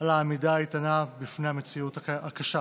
על העמידה האיתנה בפני המציאות הקשה.